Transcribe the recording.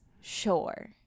Sure